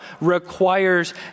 requires